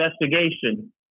Investigation